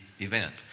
event